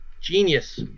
genius